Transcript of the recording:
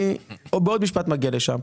אני בעוד משפט מגיע לשם.